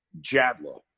Jadlow